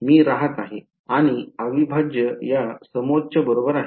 मी राहत आहे आणि अविभाज्य या समोच्च बरोबर आहे